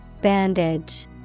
Bandage